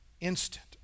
instant